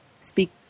speak